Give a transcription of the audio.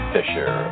Fisher